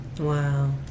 Wow